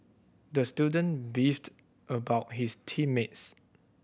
the student beefed about his team mates